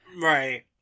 Right